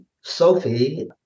Sophie